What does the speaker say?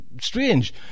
strange